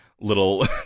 little